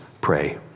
pray